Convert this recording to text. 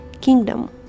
kingdom